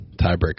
tiebreaker